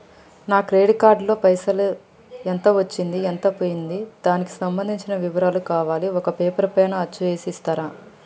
నా credit card లో పైసలు ఎంత వచ్చింది ఎంత పోయింది దానికి సంబంధించిన వివరాలు కావాలి ఒక పేపర్ పైన అచ్చు చేసి ఇస్తరా?